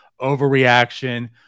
overreaction